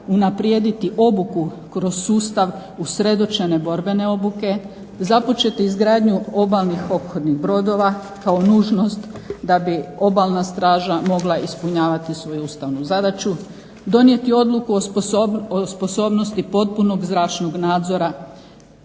unaprijediti obuku kroz sustav usredotočene borbene obuke, započeti izgradnju obalnih ophodnih brodova kao nužnost da bi Obalna straža mogla ispunjavati svoju ustavnu zadaću, donijeti odluku o sposobnosti potpunog zračnog nadzora